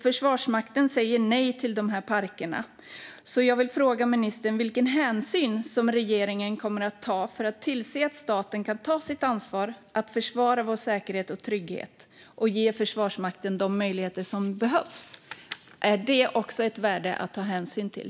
Försvarsmakten säger nämligen nej till dessa vindkraftsparker. Jag vill därför fråga ministern vilken hänsyn som regeringen kommer att ta för att tillse att staten kan ta sitt ansvar att försvara vår säkerhet och trygghet och ge Försvarsmakten de möjligheter som behövs. Är det också ett värde att ta hänsyn till?